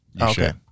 Okay